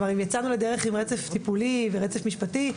כלומר אם יצאנו לדרך עם רצף טיפולי ורצף משפטי,